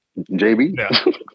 JB